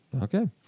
Okay